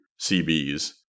CBs